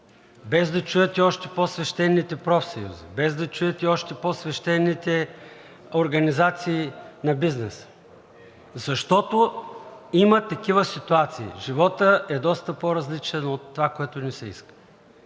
без да чуят и още по-свещените профсъюзи, без да чуят и още по-свещените организации на бизнеса. Защото има такива ситуации, животът е доста по-различен от това, което ни се иска.